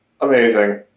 Amazing